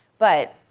but